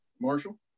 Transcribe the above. Marshall